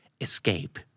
Escape